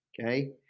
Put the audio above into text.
Okay